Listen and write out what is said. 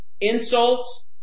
insults